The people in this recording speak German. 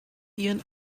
ihren